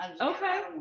Okay